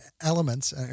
elements